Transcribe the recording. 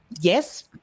yes